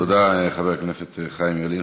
תודה, חבר הכנסת חיים ילין.